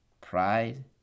Pride